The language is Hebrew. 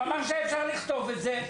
הוא אמר שאפשר לכתוב את זה,